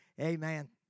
Amen